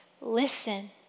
Listen